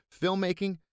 filmmaking